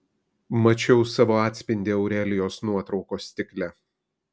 mačiau savo atspindį aurelijos nuotraukos stikle